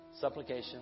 supplication